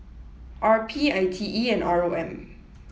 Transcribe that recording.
R P I T E and R O M